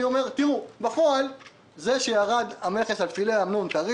בפועל זה שירד המכס על פילה אמנון טרי